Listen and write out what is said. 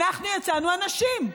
אנחנו יצאנו, הנשים.